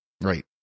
Right